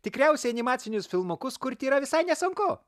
tikriausiai animacinius filmukus kurti yra visai nesunku